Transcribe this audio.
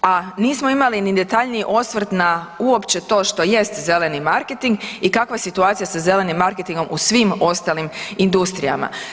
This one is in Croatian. A nismo imali ni detaljniji osvrt na uopće to što jest zeleni marketing i kakva je situacija sa zelenim marketingom u svim ostalim industrijama.